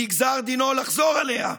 נגזר דינו לחזור עליה.